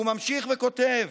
והוא ממשיך וכותב: